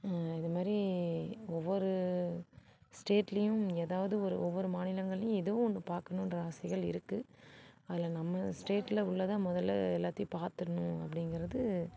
இது மாதிரி ஒவ்வொரு ஸ்டேட்லேயும் ஏதாவது ஒரு ஒவ்வொரு மாநிலங்கள்லேயும் ஏதோ ஒன்று பார்க்கணுன்ற ஆசைகள் இருக்குது அதில் நம்ம ஸ்டேட்டில் உள்ளதை முதலில் எல்லாத்தையும் பார்த்துர்ணும் அப்படிங்கிறது